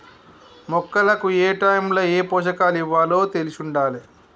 మొక్కలకు ఏటైముల ఏ పోషకాలివ్వాలో తెలిశుండాలే